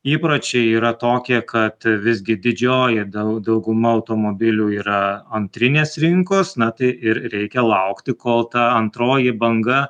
įpročiai yra tokie kad visgi didžioji dau dauguma automobilių yra antrinės rinkos na tai ir reikia laukti kol ta antroji banga